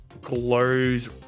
glows